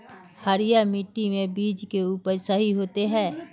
हरिया मिट्टी में बीज के उपज सही होते है?